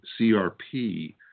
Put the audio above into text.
CRP